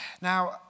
Now